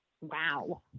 Wow